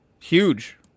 Huge